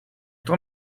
tant